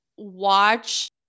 Watch